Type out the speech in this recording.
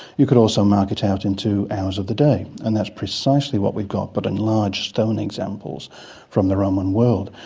you could also mark it out into hours of the day, and that's precisely what we've got but in large stone examples from the roman world.